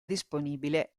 disponibile